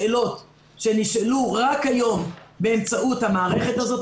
שאלות שנשאלו רק היום באמצעות המערכת הזאת,